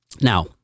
Now